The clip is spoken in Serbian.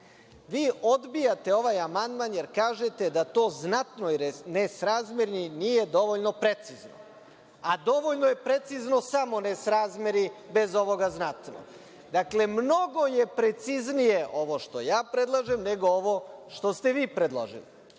odbijate ovaj amandman, jer kažete da to „znatnoj nesrazmeri“ nije dovoljno precizno. A dovoljno je precizno samo nesrazmeri, bez ovoga znatno? Dakle, mnogo je preciznije ovo što ja predlažem, nego ovo što ste vi predložili. Druga